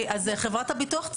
זה חברת הביטוח צריכה את המידע.